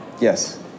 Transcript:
Yes